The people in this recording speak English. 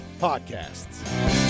podcasts